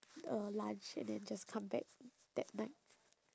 uh lunch and then just come back that night